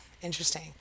interesting